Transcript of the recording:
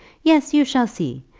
yes, you shall see.